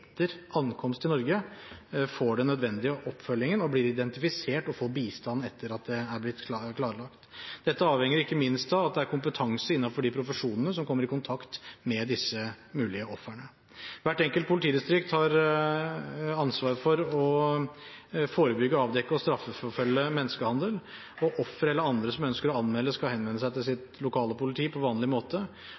ankomst til Norge, får den nødvendige oppfølgingen, blir identifisert og får bistand etter at det er blitt klarlagt. Dette avhenger ikke minst av at det er kompetanse innenfor de profesjonene som kommer i kontakt med disse mulige ofrene. Hvert enkelt politidistrikt har ansvar for å forebygge, avdekke og straffeforfølge menneskehandel. Ofre eller andre som ønsker å anmelde, skal henvende seg til sitt lokale politi på vanlig måte.